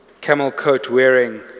camel-coat-wearing